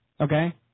Okay